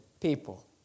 people